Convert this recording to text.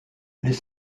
les